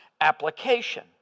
application